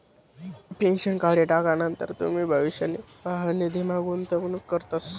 pension काढी टाकानंतर तुमी भविष्य निर्वाह निधीमा गुंतवणूक करतस